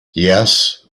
yes